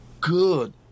good